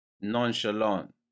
nonchalant